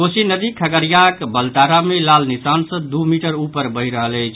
कोसी नदी खगड़ियाक बलतारा मे लाल निशान सॅ दू मीटर ऊपर बहि रहल अछि